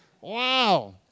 Wow